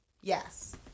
Yes